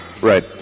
Right